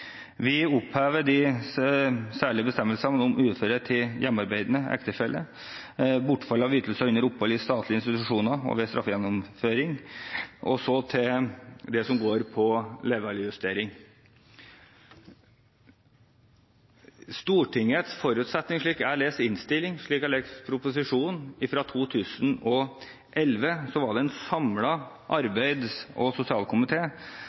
Vi opphever de særlige bestemmelsene om uføretrygd til hjemmearbeidende ektefelle, og gir nye regler om reduksjon og bortfall av ytelser under opphold i statlige institusjoner og ved straffegjennomføring. Så til det som gjelder levealdersjustering. Stortingets forutsetning, slik jeg leser innstillingen og proposisjonen, var at det i 2011 var en samlet arbeids- og